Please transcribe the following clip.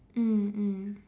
mm mm